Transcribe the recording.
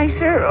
sir